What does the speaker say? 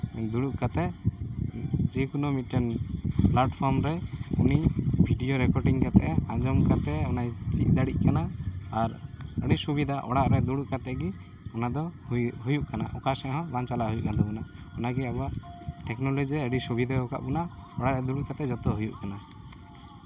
ᱫᱩᱲᱩᱵ ᱠᱟᱛᱮᱫ ᱡᱮᱠᱚᱱᱚ ᱢᱤᱫᱴᱮᱱ ᱯᱞᱟᱴᱯᱷᱨᱚᱢ ᱨᱮ ᱱᱤᱭᱟᱹ ᱵᱷᱤᱰᱭᱳ ᱨᱮᱠᱳᱰᱤᱝ ᱠᱟᱛᱮᱫ ᱚᱱᱟᱧ ᱪᱮᱫ ᱫᱟᱲᱮᱜ ᱠᱟᱱᱟ ᱟᱨ ᱟᱹᱰᱤ ᱥᱩᱵᱤᱫᱷᱟ ᱚᱲᱟᱜ ᱨᱮ ᱫᱩᱲᱩᱵ ᱠᱟᱛᱮᱫ ᱜᱮ ᱚᱱᱟᱫᱚ ᱦᱩᱭᱩᱜ ᱠᱟᱱᱟ ᱚᱠᱟ ᱥᱮᱫᱦᱚᱸ ᱵᱟᱝ ᱪᱟᱞᱟᱣ ᱦᱩᱭᱩᱜ ᱠᱟᱱ ᱛᱟᱵᱳᱱᱟ ᱚᱱᱟᱜᱮ ᱟᱵᱳᱣᱟᱜ ᱴᱮᱠᱱᱳᱞᱚᱡᱤ ᱨᱮ ᱟᱹᱰᱤ ᱥᱩᱵᱤᱫᱷᱟ ᱟᱠᱟᱫ ᱵᱳᱱᱟ ᱚᱲᱟᱜ ᱨᱮ ᱫᱩᱲᱩᱵ ᱠᱟᱛᱮᱫ ᱡᱚᱛᱚ ᱦᱩᱭᱩᱜ ᱠᱟᱱᱟ